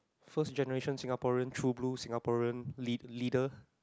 first generation Singaporean true blue Singaporean lead~ leader